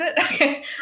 okay